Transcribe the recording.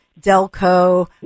Delco